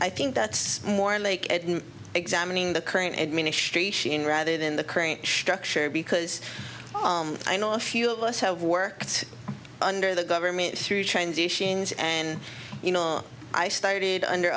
i think that's more like at an examining the current administration rather than the crane schuck chair because i know a few of us have worked under the government through transitions and you know i started under